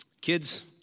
kids